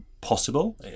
possible